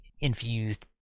infused